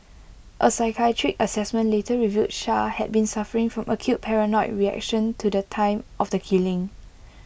A psychiatric Assessment later revealed char had been suffering from acute paranoid reaction to the time of the killing